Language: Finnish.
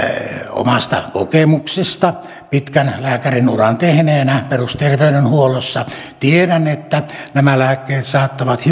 omasta kokemuksesta pitkän lääkärinuran perusterveydenhuollossa tehneenä tiedän että nämä lääkkeet saattavat